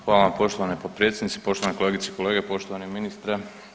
Hvala vam poštovana potpredsjednice, poštovane kolegice i kolege i poštovani ministre.